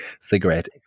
Cigarette